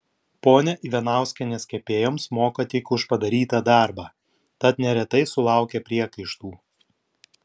ponia ivanauskienės kepėjoms moka tik už padarytą darbą tad neretai sulaukia priekaištų